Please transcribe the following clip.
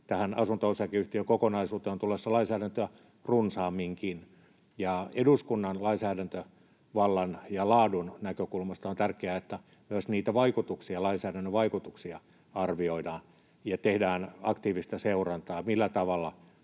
tähän asunto-osakeyhtiökokonaisuuteen on tulossa lainsäädäntöä runsaamminkin. Eduskunnan lainsäädäntövallan ja laadun näkökulmasta on tärkeää, että myös niitä vaikutuksia, lainsäädännön vaikutuksia, arvioidaan ja tehdään aktiivista seurantaa, millä tavalla